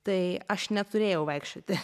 tai aš neturėjau vaikščioti